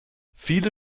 viele